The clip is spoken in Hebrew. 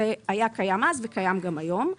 זה היה קיים אז וזה קיים גם היום.